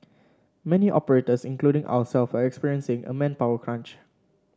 many operators including ourselves are experiencing a manpower crunch